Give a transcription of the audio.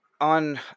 on